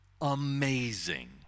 amazing